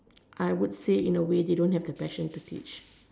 I would say in a way they don't have the passion to teach